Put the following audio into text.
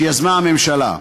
שיזמה הממשלה.